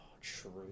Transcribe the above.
True